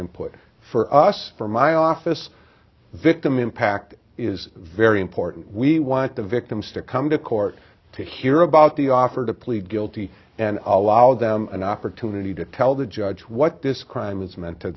input for us for my office victim impact is very important we want the victims to come to court to hear about the offer to plead guilty and allow them an opportunity to tell the judge what this crime is meant to